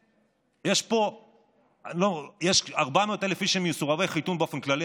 יש 400,000 איש שהם מסורבי חיתון באופן כללי,